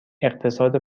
اقتصاد